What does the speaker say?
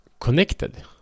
connected